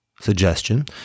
suggestion